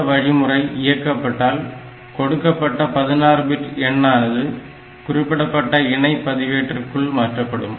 இந்த வழிமுறை இயக்கப்பட்டால் கொடுக்கப்பட்ட 16 பிட் எண்ணானது குறிப்பிடப்பட்ட இணை பதிவேட்டிற்குள் மாற்றப்படும்